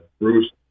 Bruce